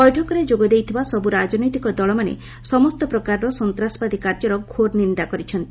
ବୈଠକରେ ଯୋଗ ଦେଇଥିବା ସବୁ ରାଜନୈତିକ ଦଳମାନେ ସମସ୍ତ ପ୍ରକାରର ସନ୍ତ୍ରାସବାଦୀ କାର୍ଯ୍ୟର ଘୋର ନିନ୍ଦା କରିଛନ୍ତି